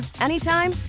anytime